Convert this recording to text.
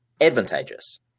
advantageous